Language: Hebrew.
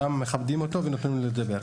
גם מכבדים אותו ונותנים לו לדבר.